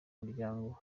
muryango